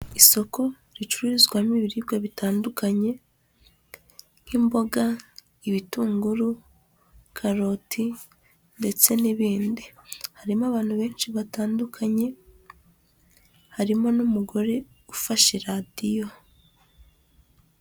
Isoko ricururizwamo ibiribwa bitandukanye, nk'imboga, ibitunguru, karoti, ndetse n'ibindi. Harimo abantu benshi batandukanye, harimo n'umugore ufashe radiyo.